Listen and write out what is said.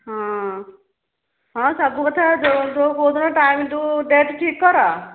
ହଁ ହଁ ସବୁ କଥା ଯେଉଁ ଯେଉଁ କେଉଁଦିନ ଟାଇମ୍ ତୁ ଡେଟ୍ ଠିକ୍ କର